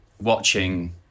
watching